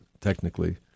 technically